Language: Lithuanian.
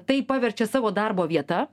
tai paverčia savo darbo vieta